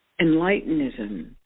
Enlightenism